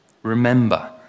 Remember